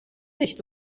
nicht